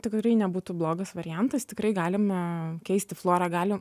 tikrai nebūtų blogas variantas tikrai galima keisti florą gali